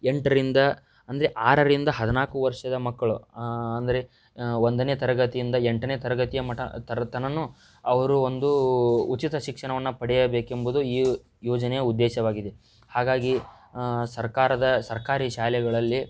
ಎಂಟರಿಂದ ಅಂದರೆ ಆರರಿಂದ ಹದಿನಾಲ್ಕು ವರ್ಷದ ಮಕ್ಕಳು ಅಂದರೆ ಒಂದನೇ ತರಗತಿಯಿಂದ ಎಂಟನೇ ತರಗತಿಯ ಮಟ್ಟ ತರಗತಿ ತನಕನೂ ಅವರು ಒಂದು ಉಚಿತ ಶಿಕ್ಷಣವನ್ನು ಪಡೆಯಬೇಕೆಂಬುದು ಈ ಯೋಜನೆಯ ಉದ್ದೇಶವಾಗಿದೆ ಹಾಗಾಗಿ ಸರ್ಕಾರದ ಸರ್ಕಾರಿ ಶಾಲೆಗಳಲ್ಲಿ